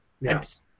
Yes